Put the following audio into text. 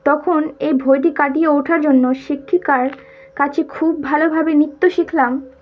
তখন এই ভইটি কাটিয়ে ওঠার জন্য শিক্ষিকার কাছে খুব ভালোভাবে নৃত্য শিখলাম